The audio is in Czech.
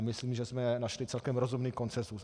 Myslím, že jsme našli celkem rozumný konsenzus.